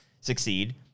succeed